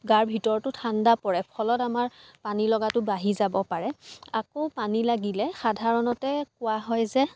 গাৰ ভিতৰটো ঠাণ্ডা পৰে ফলত আমাৰ পানী লগাটো বাঢ়ি যাব পাৰে আকৌ পানী লাগিলে সাধাৰণতে কোৱা হয় যে